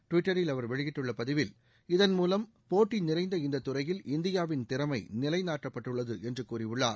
டுவிட்டரில் அவர் வெளியிட்டுள்ள பதிவில் இதன் மூலம் போட்டி நிறைந்த இந்த துறையில் இந்தியாவின் திறமை நிலைநாட்டப்பட்டுள்ளது என்று கூறியுள்ளார்